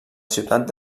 ciutat